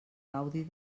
gaudi